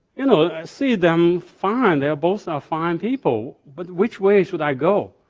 you know see them, fine, they're both ah fine people, but which way should i go.